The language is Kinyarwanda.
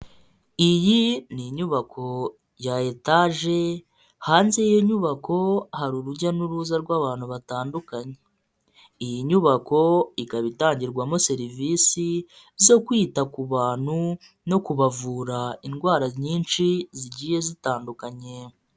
Iyi ni inyubako ya etage hanze y'iyo nyubako hari urujya n'uruza rw'abantu batandukanye. Iyi nyubako ikaba itangirwamo serivisi zo kwita ku bantu no kubavura indwara nyinshi, zigiye zitandukanye.